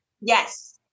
Yes